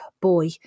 Boy